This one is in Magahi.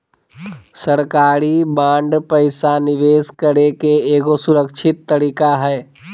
सरकारी बांड पैसा निवेश करे के एगो सुरक्षित तरीका हय